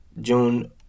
June